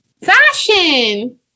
Fashion